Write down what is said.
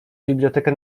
bibliotekę